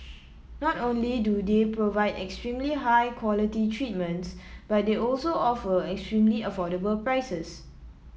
not only do they provide extremely high quality treatments but they also offer extremely affordable prices